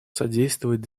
содействовать